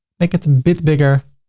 make it a bit bigger,